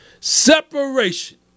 Separation